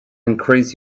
increase